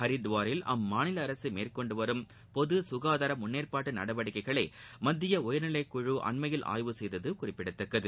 ஹரித்துவாரில் அம்மாநில அரசு மேற்கொண்டு வரும் பொது சுகாதார முன்னேற்பாடு நடவடிக்கைகளில் மத்திய உயர்நிலை குழு அண்மையில் ஆய்வு செய்தது குறிப்பிடத்தக்கது